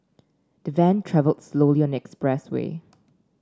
the van travelled slowly on expressway